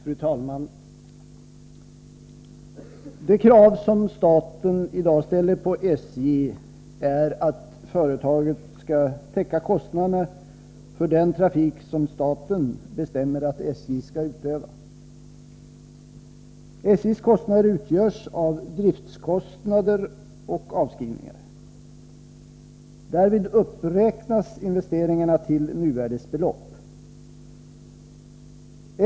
Fru talman! Det krav som staten i dag ställer på SJ är att företaget skall täcka kostnaderna för den trafik som staten bestämmer att SJ skall utöva. SJ:s kostnader utgörs av driftskostnader och avskrivningar. Därvid uppräk nas investeringarna till nuvärdesbelopp.